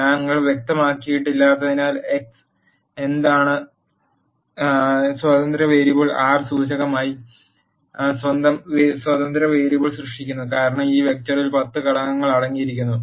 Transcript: ഞങ്ങൾ വ്യക്തമാക്കിയിട്ടില്ലാത്തതിനാൽ എക്സ് എന്താണ് സ്വതന്ത്ര വേരിയബിൾ ആർ സൂചികയായി സ്വന്തം സ്വതന്ത്ര വേരിയബിൾ സൃഷ്ടിക്കുന്നു കാരണം ഈ വെക്ടറിൽ 10 ഘടകങ്ങൾ അടങ്ങിയിരിക്കുന്നു